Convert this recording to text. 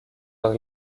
las